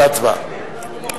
ובין שזה במסגד,